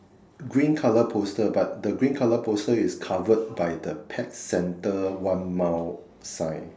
green colour poster but the green colour poster is covered by the pet centre one mile sign